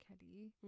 Kelly